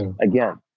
Again